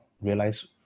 realize